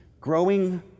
Growing